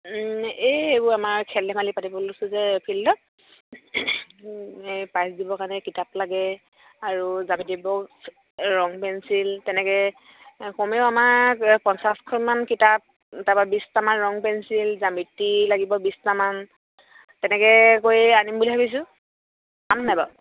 এই এইবোৰ আমাৰ খেল ধেমালি পাতিব লৈছোঁ যে ফিল্ডত এই পাইছ দিবৰ কাৰণে কিতাপ লাগে আৰু ৰং পেঞ্চিল তেনেকৈ কমেও আমাক পঞ্চাছখনমান কিতাপ তাৰপৰা বিছটামান ৰং পেঞ্চিল জ্যামিতি লাগিব বিছটামান তেনেকৈ কৰি আনিম বুলি ভাবিছোঁ পাম নাই বাৰু